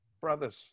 brothers